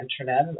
Internet